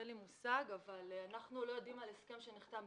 אין לי מושג, אבל אנחנו לא יודעים על הסכם שנחתם.